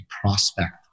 prospect